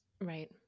right